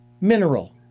mineral